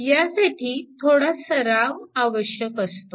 यासाठी थोडा सराव आवश्यक असतो